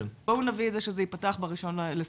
בואו נביא את זה שזה ייפתח ב-1 בספטמבר.